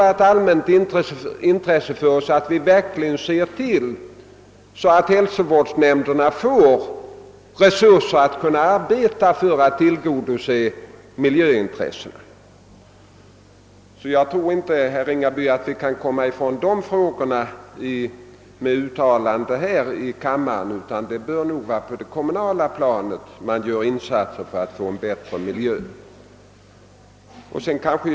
Det är ett allmänt intresse att se till att hälsovårdsnämnderna får sådana resurser att de i sitt arbete kan tillvarata miljöintres sena. Jag tror inte, herr Ringaby, att vi kan komma till rätta med dessa problem genom uttalanden här i kammaren, utan insatserna för en bättre miljö i de avseenden som herr Ringaby berör bör nog göras på det kommunala planet.